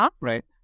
right